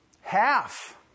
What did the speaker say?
Half